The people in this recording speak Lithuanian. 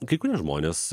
kai kurie žmonės